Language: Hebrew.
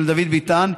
של דוד ביטן,